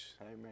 Amen